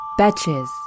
Batches